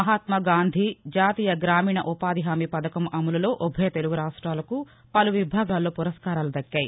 మహాత్మా గాంధీ జాతీయ గ్రామీణఉపాధి హామీ వధకం అమలులో ఉభయ తెలుగు రాష్టాలకు శి వలు విభాగాల్లో పురస్మారాలు దక్కాయి